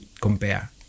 compare